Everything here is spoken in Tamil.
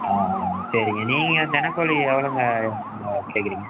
ஆ ஆ சரிங்க நீங்கள் தினக்கூலி எவ்வளோங்க நீங்கள் கேட்குறீங்க